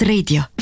Radio